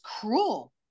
cruel